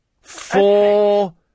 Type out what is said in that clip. Four